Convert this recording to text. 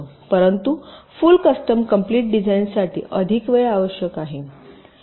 परंतु full custom complete डिझाइनसाठी अधिक वेळ आवश्यक आहे